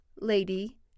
Lady